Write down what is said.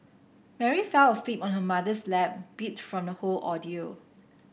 Mary fell asleep on her mother's lap beat from the whole ordeal